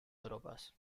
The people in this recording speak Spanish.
tropas